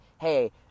hey